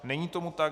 Není tomu tak.